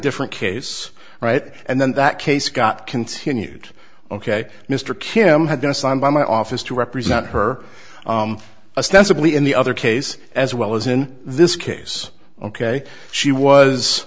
different case right and then that case got continued ok mr kim had been assigned by my office to represent her especially in the other case as well as in this case ok she was